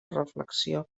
reflexió